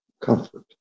comfort